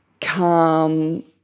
calm